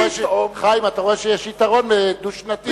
חיים, אתה רואה שיש יתרון לדו-שנתי.